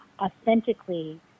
authentically